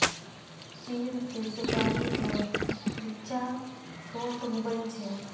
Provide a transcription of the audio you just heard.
चीड़ के सुपाड़ी रो बिच्चा छोट हुवै छै